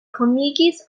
konigis